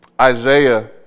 Isaiah